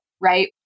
right